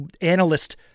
analyst